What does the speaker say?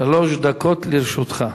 שלוש דקות לרשותך.